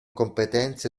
competenze